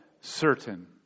certain